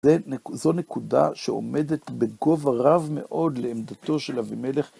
זו נקודה שעומדת בגובה רב מאוד לעמדתו של אבימלך.